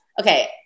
okay